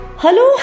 Hello